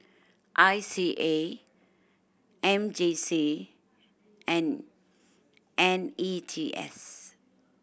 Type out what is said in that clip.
I C A M J C and N E T S